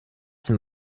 sind